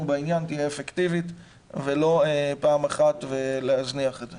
בעניין תהיה אפקטיבית ולא פעם אחת ולהזניח את זה.